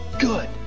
good